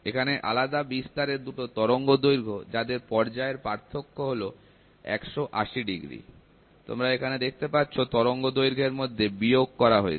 এখানে আলাদা বিস্তারের দুটো তরঙ্গদৈর্ঘ্য যাদের পর্যায়ের পার্থক্য হল 180° তোমরা এখানে দেখতে পাচ্ছ তরঙ্গদৈর্ঘ্যের মধ্যে বিয়োগ করা হয়েছে